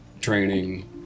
training